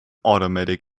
automatic